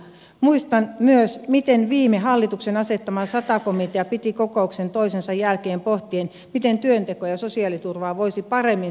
muistan myös miten viime hallituksen asettama sata komitea piti kokouksen toisensa jälkeen pohtien miten työntekoa ja sosiaaliturvaa voisi paremmin sovittaa yhteen